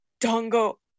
Dongo